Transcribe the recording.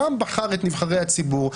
העם בחר את נבחרי הציבור,